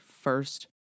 first